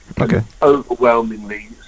Overwhelmingly